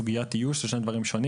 60 תקנים